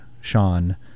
Sean